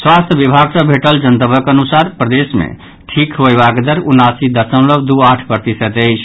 स्वास्थ्य विभाग सँ भेटल जनतबक अनुसार प्रदेश मे ठीक होयबाक दर उनासी दशमलव दू आठ प्रतिशत अछि